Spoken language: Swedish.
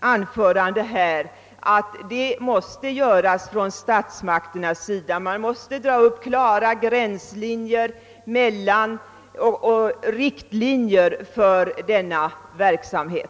anförande att statsmakterna måste dra upp klara gränslinjer och riktlinjer för denna verksamhet.